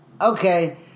okay